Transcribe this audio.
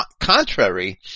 contrary